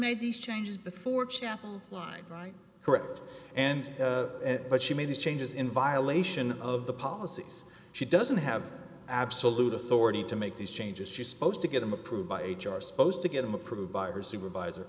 made these changes before chapel line right correct and but she made these changes in violation of the policies she doesn't have absolute authority to make these changes she's supposed to get them approved by h r supposed to get them approved by her supervisor